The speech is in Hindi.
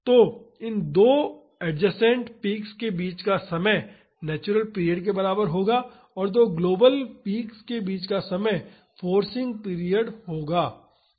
तो इन दो एड्जेसेन्ट पीक्स के बीच का समय नेचुरल पीरियड के बराबर होगा और दो ग्लोबल पीक्स के बीच का समय फोर्सिंग पीरियड होगा